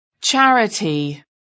charity